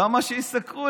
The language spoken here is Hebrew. למה שיסקרו?